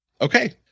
Okay